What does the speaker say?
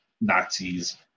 nazis